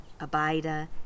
Abida